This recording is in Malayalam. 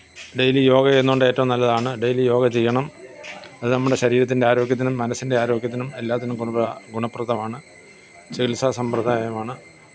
ഡെയിലി യോഗ ചെയ്യുന്നതുകൊണ്ടേറ്റവും നല്ലതാണ് ഡെയിലി യോഗ ചെയ്യണം അത് നമ്മുടെ ശരീരത്തിന്റെ ആരോഗ്യത്തിനും മനസ്സിന്റെ ആരോഗ്യത്തിനും എല്ലാത്തിനും പൊതുവാ ഗുണപ്രദമാണ് ചികിത്സാസമ്പ്രദായമാണ്